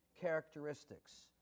characteristics